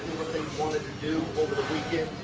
what they wanted to do over the weekend.